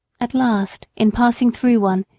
at last, in passing through one,